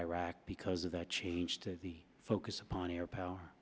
iraq because of that changed the focus upon air power